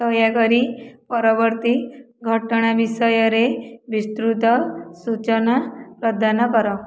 ଦୟାକରି ପରବର୍ତ୍ତୀ ଘଟଣା ବିଷୟରେ ବିସ୍ତୃତ ସୂଚନା ପ୍ରଦାନ କର